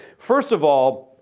first of all,